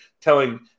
telling